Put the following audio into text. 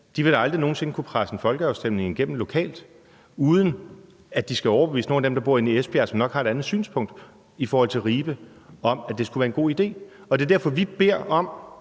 vil aldrig nogen sinde kunne presse en folkeafstemning igennem lokalt, uden at de skal overbevise nogle af dem, der bor inde i Esbjerg, som nok har et andet synspunkt i forhold til f.eks. Ribe, om, at det skulle være en god idé. Det er derfor, vi beder om,